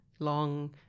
long